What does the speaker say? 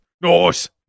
Nice